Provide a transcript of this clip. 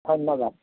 ধন্যবাদ